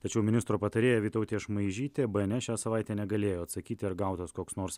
tačiau ministro patarėja vytautė šmaižytė bns šią savaitę negalėjo atsakyti ar gautas koks nors